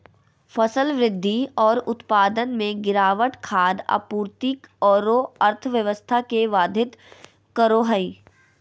फसल वृद्धि और उत्पादन में गिरावट खाद्य आपूर्ति औरो अर्थव्यवस्था के बाधित करो हइ